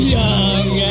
young